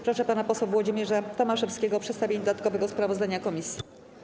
Proszę pana posła Włodzimierza Tomaszewskiego o przedstawienie dodatkowego sprawozdania komisji.